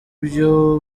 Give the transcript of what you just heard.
byo